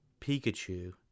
Pikachu